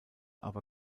aber